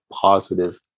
positive